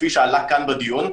כפי שעלה כאן בדיון,